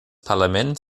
parlament